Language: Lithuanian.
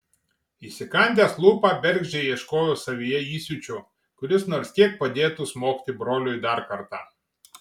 įsikandęs lūpą bergždžiai ieškojo savyje įsiūčio kuris nors kiek padėtų smogti broliui dar kartą